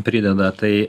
prideda tai